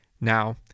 Now